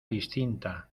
distinta